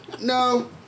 No